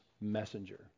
messenger